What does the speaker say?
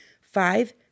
five